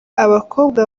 abakobwa